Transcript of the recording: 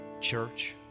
church